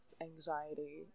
anxiety